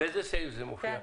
באיזה סעיף זה מופיע?